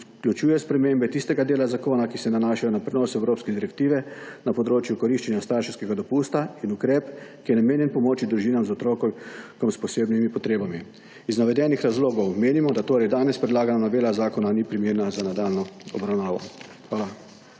vključuje spremembe tistega dela zakona, ki se nanašajo na prenos evropske direktive na področju koriščenja starševskega dopusta in ukrep, ki je namenjen pomoči družinam z otrokom s posebnimi potrebami. Iz navedenih razlogov menimo, da torej danes predlagana novela zakona ni primerna za nadaljnjo obravnavo.